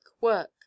work